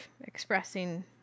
expressing